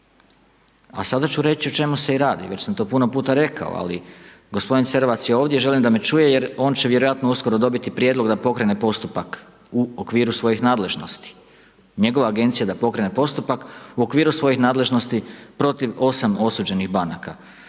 A sada ću reći o čemu se i radi, već sam to puno puta rekao ali gospodin Cerovac je ovdje i želim da me čuje jer on će vjerojatno uskoro dobiti i prijedlog da pokrene postupak u okviru svojih nadležnosti. Njegova agencija da pokrene postupak u okviru svojih nadležnosti protiv 8 osuđenih banaka.